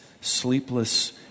sleepless